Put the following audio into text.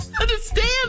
understand